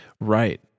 Right